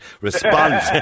response